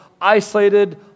isolated